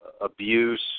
abuse